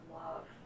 love